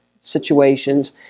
situations